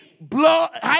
blood